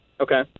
Okay